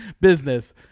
business